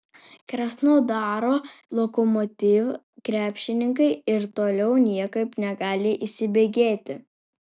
krasnodaro lokomotiv krepšininkai ir toliau niekaip negali įsibėgėti